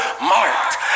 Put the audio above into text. Marked